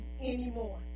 anymore